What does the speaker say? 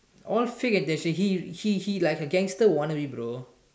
all say he he he like a gangster wannabe bro